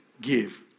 give